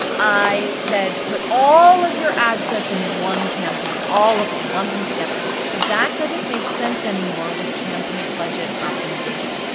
i said put all of your ad sets in one campaign, all of em, lump em together. but that doesn't make sense anymore with campaign budget optimization.